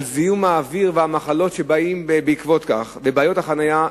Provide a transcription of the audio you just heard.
על זיהום האוויר והמחלות שבאות בעקבות זאת ובעיות החנייה,